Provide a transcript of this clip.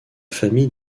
famille